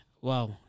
wow